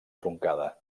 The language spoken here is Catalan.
truncada